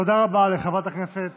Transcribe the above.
תודה רבה לחברת הכנסת